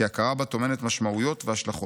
כי הכרה בה טומנת משמעויות והשלכות.